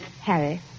Harry